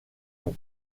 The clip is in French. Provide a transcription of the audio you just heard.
long